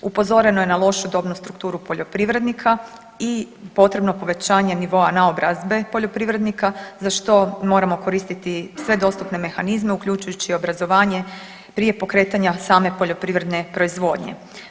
Upozoreno je na lošu dobnu strukturu poljoprivrednika i potrebno povećanje nivoa naobrazbe poljoprivrednika za što moramo koristiti sve dostupne mehanizme uključujući obrazovanje prije pokretanja same poljoprivredne proizvodnje.